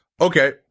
okay